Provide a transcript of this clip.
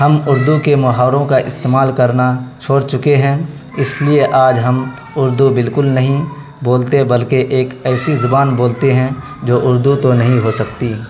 ہم اردو کے محاوروں کا استعمال کرنا چھوڑ چکے ہیں اس لیے آج ہم اردو بالکل نہیں بولتے بلکہ ایک ایسی زبان بولتے ہیں جو اردو تو نہیں ہو سکتی